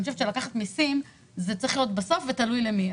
אני חושבת שלקחת מיסים צריך להיות בסוף ותלוי למי.